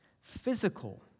Physical